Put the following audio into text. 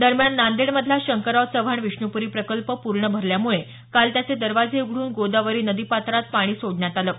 दरम्यान नांदेडमधला शंकरराव चव्हाण विष्णुप्री प्रकल्प पूर्ण भरल्यामुळे काल त्याचे दरवाजे उघड्रन गोदावरी नदीपात्रात पाणी सोडण्यात आलं आहे